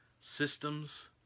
Systems